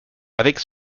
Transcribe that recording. avec